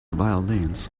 violins